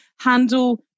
handle